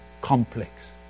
complex